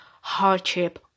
hardship